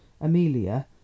Amelia